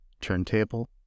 turntable